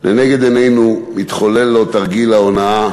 לנגד עינינו מתחולל לו תרגיל ההונאה